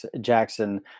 Jackson